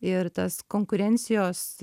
ir tas konkurencijos